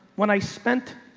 when i spent,